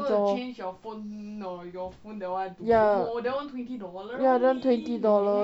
ya lor ya that one twenty